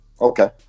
Okay